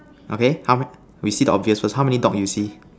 okay how me we say the obvious first how many dog you see